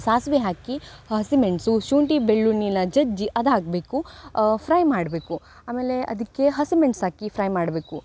ಸಾಸಿವೆ ಹಾಕಿ ಹಸಿಮೆಣಸು ಶುಂಠಿ ಬೆಳ್ಳುಳ್ಳಿನ ಜಜ್ಜಿ ಅದು ಹಾಕಬೇಕು ಫ್ರೈ ಮಾಡಬೇಕು ಆಮೇಲೆ ಅದಕ್ಕೆ ಹಸಿಮೆಣ್ಸು ಹಾಕಿ ಫ್ರೈ ಮಾಡಬೇಕು